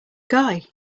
guy